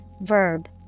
verb